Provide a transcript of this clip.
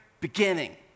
beginning